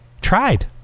tried